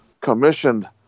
commissioned